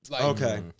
Okay